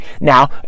Now